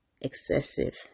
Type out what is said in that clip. excessive